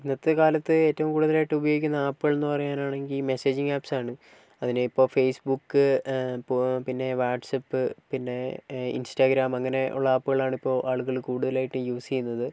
ഇന്നത്തെക്കാലത്ത് ഏറ്റവും കൂടുതലായിട്ട് ഉപയോഗിക്കുന്ന ആപ്പുകൾ എന്നു പറയാനാണെങ്കിൽ മെസേജിംഗ് ആപ്പ്സ് ആണ് അതിനെ ഇപ്പോൾ ഫേസ്ബുക്ക് ഇപ്പോൾ പിന്നെ വാട്ട്സപ്പ് പിന്നെ ഇൻസ്റ്റാഗ്രാം അങ്ങനെയുള്ള ആപ്പുകൾ ആണിപ്പോൾ ആളുകൾ കൂടുതലായിട്ട് യൂസ് ചെയ്യുന്നത്